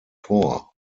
tor